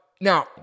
Now